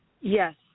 Yes